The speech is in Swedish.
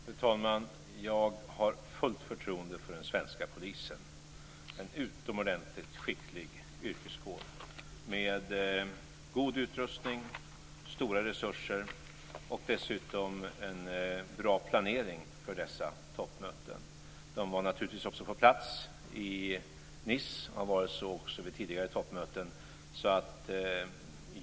Fru talman! Jag har fullt förtroende för den svenska polisen - en utomordentligt skicklig yrkeskår med god utrustning, stora resurser och dessutom en bra planering för dessa toppmöten. De var naturligtvis också på plats i Nice och har varit så också vid tidigare toppmöten.